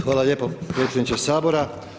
Hvala lijepo predsjedniče Sabora.